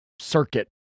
circuit